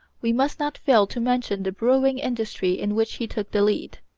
we must not fail to mention the brewing industry in which he took the lead.